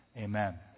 Amen